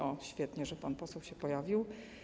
O, świetnie, że pan poseł się pojawił.